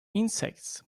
insects